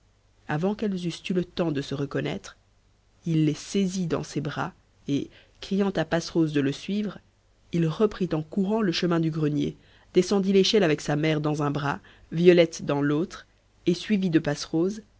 avant qu'elles eussent eu le temps de se reconnaître il les saisit dans ses bras et criant à passerose de le suivre il reprit en courant le chemin du grenier descendit l'échelle avec sa mère dans un bras violette dans l'autre et suivis de passerose